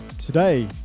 Today